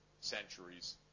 centuries